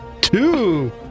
Two